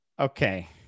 Okay